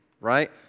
Right